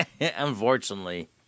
Unfortunately